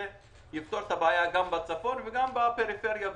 זה יפתור את הבעיה גם בצפון וגם בפריפריה בכלל,